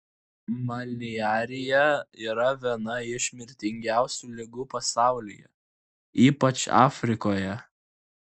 maliarija yra viena iš mirtiniausių ligų pasaulyje ypač afrikoje